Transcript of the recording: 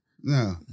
No